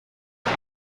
کنی